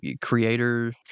creator